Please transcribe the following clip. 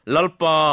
Lalpa